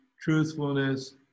truthfulness